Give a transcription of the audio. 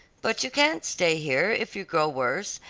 but you can't stay here, if you grow worse,